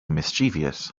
mischievous